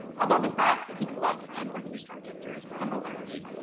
although the backs could look and were constructed very similarly,